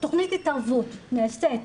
התערבות נעשית,